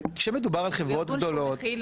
כשמדובר על חברות גדולות,